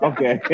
Okay